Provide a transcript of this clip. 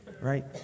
right